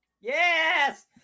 Yes